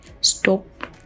stop